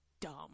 dumb